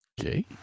Okay